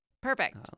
Perfect